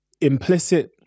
implicit